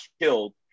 killed